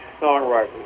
songwriters